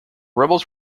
rebels